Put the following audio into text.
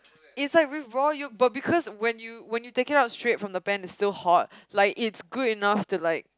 in fact with raw you but because when you when you take it out straight from the pan it's still hot like it's good enough to like